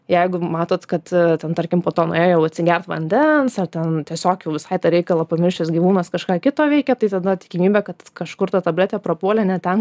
jeigu matot kad ten tarkim po to nuėjo jau atsigert vandens ar ten tiesiog jau visai tą reikalą pamiršęs gyvūnas kažką kito veikia tai tada tikimybė kad kažkur ta tabletė prapuolė ne ten